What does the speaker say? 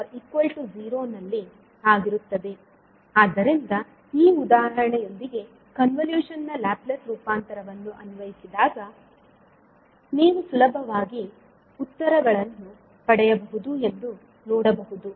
ಆದ್ದರಿಂದ ಈ ಉದಾಹರಣೆಯೊಂದಿಗೆ ಕನ್ವಲೂಶನ್ ನ ಲ್ಯಾಪ್ಲೇಸ್ ರೂಪಾಂತರವನ್ನು ಅನ್ವಯಿಸಿದಾಗ ನೀವು ಸುಲಭವಾಗಿ ಉತ್ತರಗಳನ್ನು ಪಡೆಯಬಹುದು ಎಂದು ನೋಡಬಹುದು